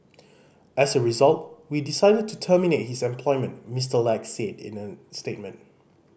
as a result we decided to terminate his employment Mister Lack said in a statement